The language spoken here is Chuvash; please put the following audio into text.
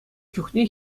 чухне